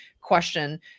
question